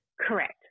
Correct